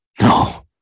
No